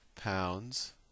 pounds